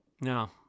No